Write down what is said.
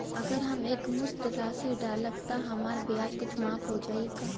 अगर हम एक मुस्त राशी डालब त हमार ब्याज कुछ माफ हो जायी का?